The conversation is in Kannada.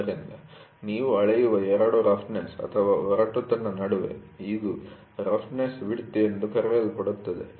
ಆದ್ದರಿಂದ ನೀವು ಅಳೆಯುವ ಎರಡು ರಫ್ನೆಸ್ಒರಟುತನ ನಡುವೆ ಇದು ರಫ್ನೆಸ್ ವಿಡ್ತ್ ಎಂದು ಕರೆಯಲ್ಪಡುತ್ತದೆ